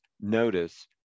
notice